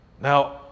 Now